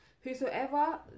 Whosoever